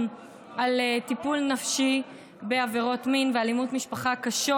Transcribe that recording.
על טיפול נפשי בעבירות מין ואלימות משפחה קשות,